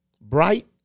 bright